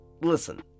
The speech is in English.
Listen